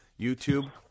YouTube